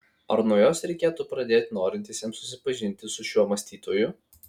ar nuo jos reikėtų pradėti norintiesiems susipažinti su šiuo mąstytoju